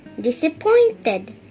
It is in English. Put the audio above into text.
disappointed